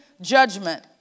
judgment